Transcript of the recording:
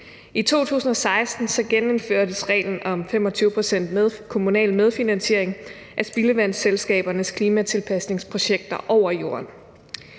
I 2016 gennemførtes reglen om 25 pct.s kommunal medfinansiering af spildevandsselskabernes klimatilpasningsprojekter over jorden.